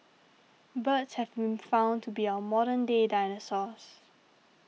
birds have been found to be our modern day dinosaurs